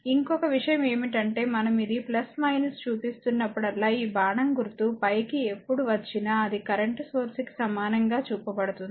ఇంకొక విషయం ఏమిటంటే మనం ఇది చూపిస్తున్నప్పుడల్లా ఈ బాణం గుర్తు పైకి ఎప్పుడు వచ్చినా అది కరెంట్ సోర్స్ కి సమానంగా చూపబడుతుంది